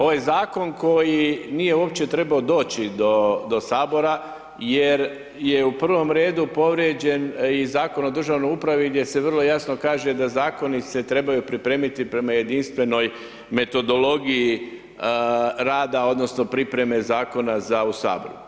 Ovaj Zakon koji nije uopće trebao doći do HS jer je u prvom redu povrijeđen i Zakon o državnoj upravi gdje se vrlo jasno kaže da Zakoni se trebaju pripremiti prema jedinstvenoj metodologiji rada odnosno pripreme Zakona za u HS.